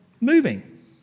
moving